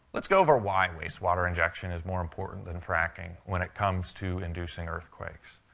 let's go over why wastewater injection is more important than fracking when it comes to inducing earthquakes.